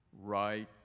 right